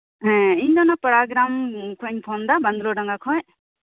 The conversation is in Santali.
ᱦᱮᱸ ᱤᱧᱫᱚ ᱚᱱᱟ ᱯᱟᱲᱟᱜᱮᱨᱟᱢ ᱠᱷᱚᱱᱤᱧ ᱯᱷᱳᱱᱫᱟ ᱵᱟᱸᱫᱽᱞᱳ ᱰᱟᱝᱜᱟ ᱠᱷᱚᱡ